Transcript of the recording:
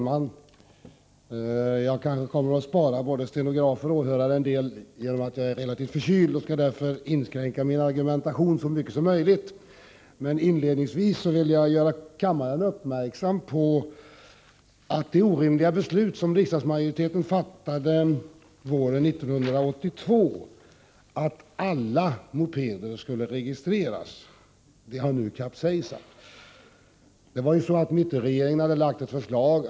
Fru talman! Jag kommer att bespara både stenografer och åhörare en del av de argument som jag ursprungligen hade tänkt framföra. Jag är nämligen relativt förkyld. Jag skall således inskränka min argumentation så mycket som möjligt. Inledningsvis vill jag göra kammarens ledamöter uppmärksamma på det orimliga beslut som en riksdagsmajoritet fattade våren 1982. Beslutet innebar att alla mopeder skulle registreras, men det har nu kapsejsat. Sedan något om bakgrunden i den här frågan.